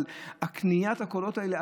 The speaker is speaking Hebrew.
אבל קניית הקולות האלה,